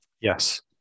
yes